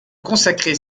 consacrer